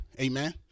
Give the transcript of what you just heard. Amen